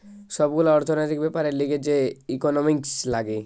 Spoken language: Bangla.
সব গুলা অর্থনৈতিক বেপারের লিগে যে ইকোনোমিক্স লাগে